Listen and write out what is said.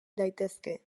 daitezke